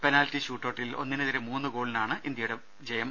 penalty ഷൂട്ടൌട്ടിൽ ഒന്നിനെ തിരെ മൂന്ന് ഗോളിനാണ് ഇന്ത്യയുടെ ജയം